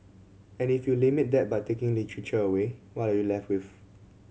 and if you limit that by taking literature away what are you left with